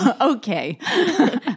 Okay